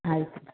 ಆಯಿತು